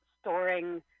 storing